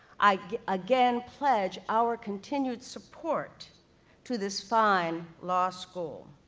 i again pledge our continued support to this fine law school,